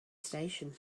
station